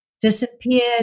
disappeared